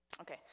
Okay